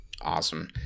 awesome